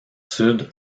sud